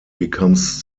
becomes